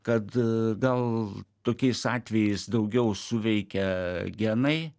kad a gal tokiais atvejais daugiau suveikia genai